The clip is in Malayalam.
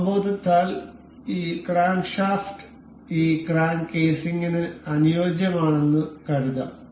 അവബോധത്താൽ ഈ ക്രാങ്ക്ഷാഫ്റ്റ് ഈ ക്രാങ്ക് കേസിംഗിന് അനുയോജ്യമാണെന്ന് കരുതാം